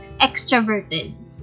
extroverted